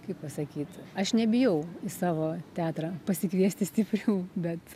kaip pasakyt aš nebijau į savo teatrą pasikviesti stiprių bet